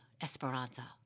Esperanza